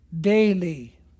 daily